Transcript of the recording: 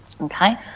okay